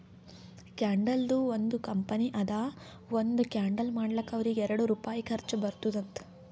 ಕ್ಯಾಂಡಲ್ದು ಒಂದ್ ಕಂಪನಿ ಅದಾ ಒಂದ್ ಕ್ಯಾಂಡಲ್ ಮಾಡ್ಲಕ್ ಅವ್ರಿಗ ಎರಡು ರುಪಾಯಿ ಖರ್ಚಾ ಬರ್ತುದ್ ಅಂತ್